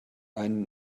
ein